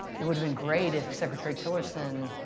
it would have been great if secretary tillerson,